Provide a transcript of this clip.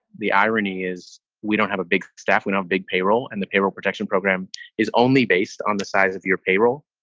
the irony is we don't have a big staff. we know big payroll. and the payroll protection program is only based on the size of your payroll.